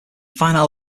finale